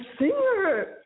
singer